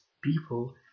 people